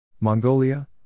Mongolia